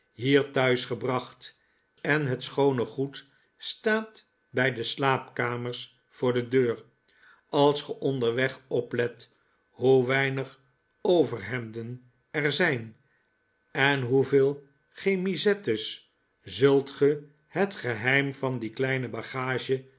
hier thuis gebracht en het schoone goed staat bij de slaapkamers voor de deur als ge onderweg oplet hoe weinig overhemden er zijn en hoeveel chemisettes zult ge het geheim van die kleine bagage